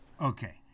Okay